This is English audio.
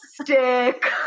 stick